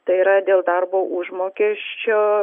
tai yra dėl darbo užmokesčio